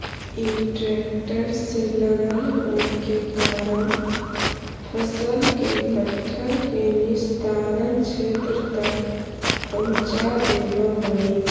इ ट्रेक्टर से लगल होव के कारण फसल के घट्ठर के निस्तारण क्षेत्र तक पहुँचा देवऽ हई